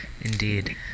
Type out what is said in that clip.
indeed